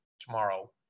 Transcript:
tomorrow